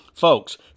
Folks